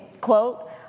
quote